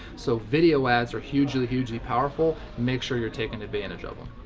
so, video ads are hugely, hugely powerful. make sure you're taking advantage of em.